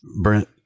brent